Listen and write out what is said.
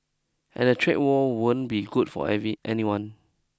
and a trade war won't be good for any anyone